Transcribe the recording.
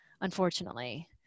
unfortunately